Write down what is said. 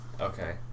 Okay